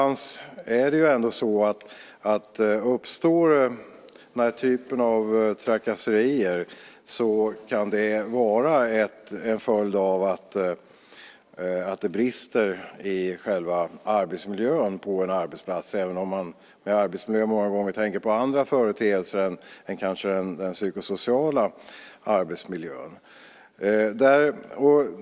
När den typen av trakasserier uppstår kan det vara en följd av att det brister i själva arbetsmiljön på en arbetsplats, även om man med arbetsmiljö många gånger tänker på andra företeelser än just den psykosociala arbetsmiljön.